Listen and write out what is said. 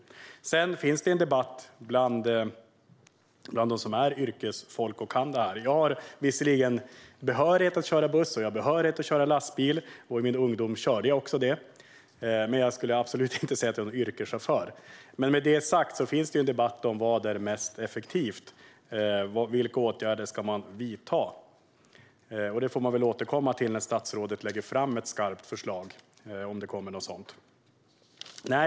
Det förs en debatt bland yrkesfolk som kan detta. Jag har visserligen behörighet att köra buss och lastbil, vilket jag också gjorde i min ungdom, men jag skulle absolut inte kalla mig yrkeschaufför. Debatten gäller vad som är mest effektivt och vilka åtgärder man ska vidta. Detta får vi återkomma till när statsrådet lägger fram ett skarpt förslag, om det kommer ett sådant.